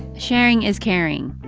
sharing is caring.